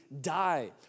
die